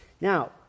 Now